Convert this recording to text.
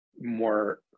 more